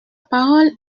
parole